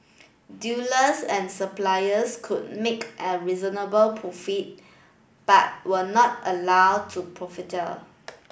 dealers and suppliers could make a reasonable profit but were not allowed to profiteer